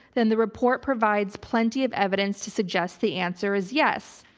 then the report provides plenty of evidence to suggest the answer is yes.